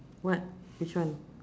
what which one